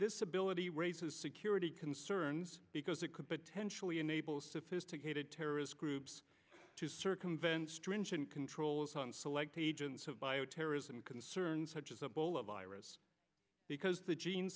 this ability raises security concerns because it could potentially enable sophisticated terrorist groups to circumvent stringent controls on select agents of bioterrorism concerns such as a bowl of virus because the gene